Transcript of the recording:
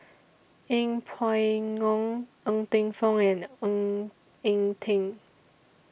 Yeng Pway Ngon Ng Teng Fong and Ng Eng Teng